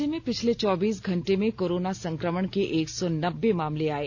राज्य में पिछले चौबीस घंटे में कोरोना संक्रमण के एक सौ नब्बे मामले आये